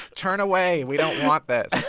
turn away. we don't want this.